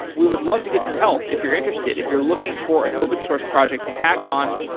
we would love to get your help if you're interested. if you're looking for an open-sourced project to hack on,